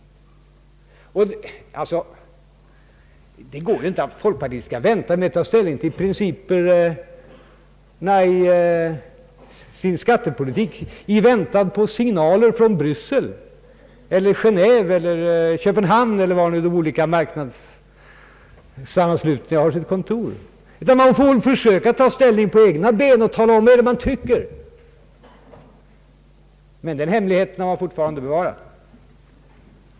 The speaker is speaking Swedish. Det går inte att folkpartiet skall vänta med att ta ställning till principerna i sin skattepolitik i avvaktan på signaler från Bryssel, Geneve, Köpenhamn eller var de olika marknadssammanslutningarna har sina kontor. Man får försöka stå på egna ben och tala om vad man tycker själv. Men den hemligheten har man fortfarande bevarat.